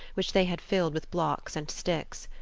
which they had filled with blocks and sticks.